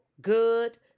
good